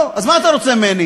לא, אז מה אתה רוצה ממני?